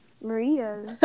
Maria